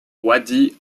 wadi